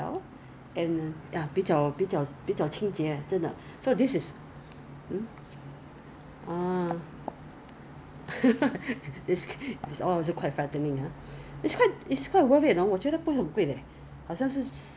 because your skin is like sponge right so imagine your skin is like a sponge when a sponge is 干的 it cannot absorb anything right so everytime you wash your dishes you have to wet your sponge then you can pour in the what's that called the Mama 柠檬 then you can start washing right